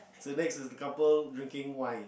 the next is the couple drinking wine